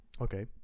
Okay